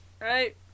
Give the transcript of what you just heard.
right